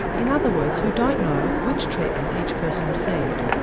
in other words who don't know which treatment each person received.